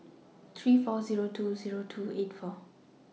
three four Zero two Zero two eight four